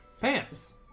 Pants